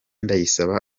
ndayisaba